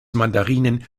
mandarinen